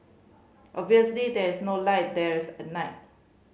obviously there is no light there is at night